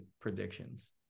predictions